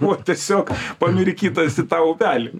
buvo tiesiog pamirkytas į tą upelį